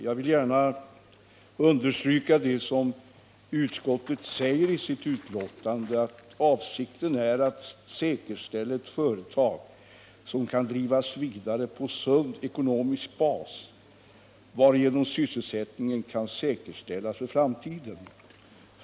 Jag vill gärna instämma i vad utskottet anför i sitt utlåtande: ”Avsikten är att säkerställa att företaget kan drivas vidare på en sund ekonomisk bas, varigenom sysselsättningen kan säkerställas för framtiden.